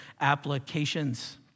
applications